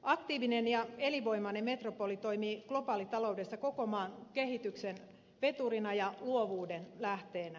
aktiivinen ja elinvoimainen metropoli toimii globaalitaloudessa koko maan kehityksen veturina ja luovuuden lähteenä